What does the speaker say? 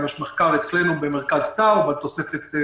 גם יש מחקר אצלנו במרכז טאוב אל תוספת של